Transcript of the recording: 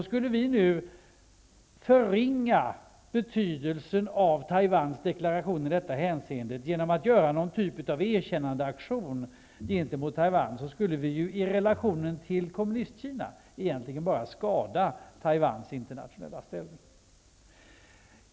Skulle vi förringa betydelsen av Taiwans deklaration i detta hänseende genom att göra någon typ av erkännandeaktion gentemot Taiwan, skulle vi i relationen till Kommunistkina egentligen bara skada Taiwans internationella ställning.